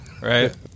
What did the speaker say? Right